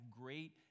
great